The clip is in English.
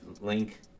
link